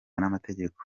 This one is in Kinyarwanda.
n’amategeko